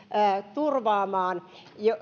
turvaamaan